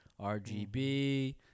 RGB